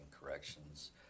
corrections